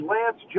Lance